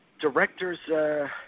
directors